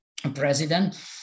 president